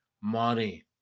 money